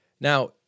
Now